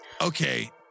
Okay